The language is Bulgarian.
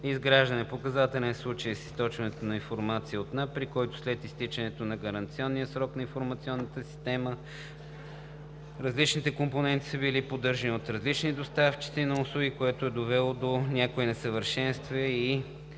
изграждане. Показателен е случаят с източването на информация от НАП, при който след изтичането на гаранционния срок на информационната система различните компоненти са поддържани от различни доставчици на услуги, което е довело до някои несъвършенства и